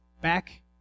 back